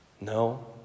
No